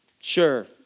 sure